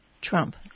Trump